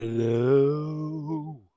Hello